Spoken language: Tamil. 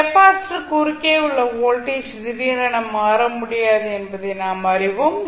கெப்பாசிட்டர் குறுக்கே உள்ள வோல்டேஜ் திடீரென மாற முடியாது என்பதை நாம் அறிவோம்